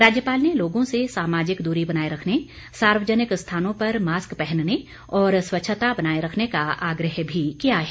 राज्यपाल ने लोगों से सामाजिक दूरी बनाए रखने सार्वजनिक स्थानों पर मास्क पहनने और स्वच्छता बनाए रखने का आग्रह किया है